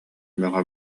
бөҕө